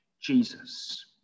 Jesus